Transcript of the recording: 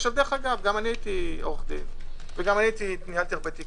אגב, גם אני הייתי עורך דין וניהלתי הרבה תיקים.